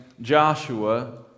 Joshua